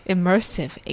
Immersive